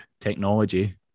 technology